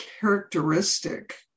characteristic